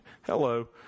Hello